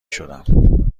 شدم